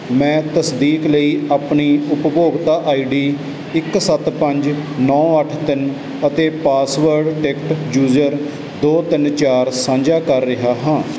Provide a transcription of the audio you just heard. ਮੈਂ ਤਸਦੀਕ ਲਈ ਆਪਣੀ ਉਪਭੋਗਤਾ ਆਈਡੀ ਇੱਕ ਸੱਤ ਪੰਜ ਨੌਂ ਅੱਠ ਤਿੰਨ ਅਤੇ ਪਾਸਵਰਡ ਟਿਕਟ ਜੂਜਰ ਦੋ ਤਿੰਨ ਚਾਰ ਸਾਂਝਾ ਕਰ ਰਿਹਾ ਹਾਂ